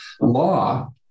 law